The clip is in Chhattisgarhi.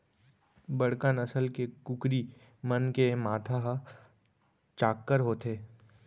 बड़का नसल के कुकरी मन के माथा ह चाक्कर होथे